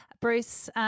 Bruce